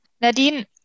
Nadine